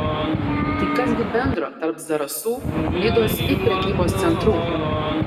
tai kas gi bendro tarp zarasų nidos ir prekybos centrų